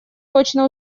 точно